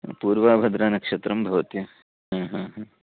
पूर्वभद्रानक्षत्रं भवति आ ह ह